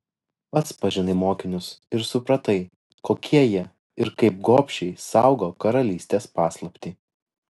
pats pažinai mokinius ir supratai kokie jie ir kaip gobšiai saugo karalystės paslaptį